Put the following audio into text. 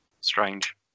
strange